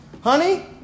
honey